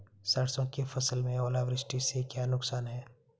सरसों की फसल में ओलावृष्टि से क्या नुकसान है?